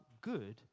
good